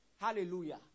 Hallelujah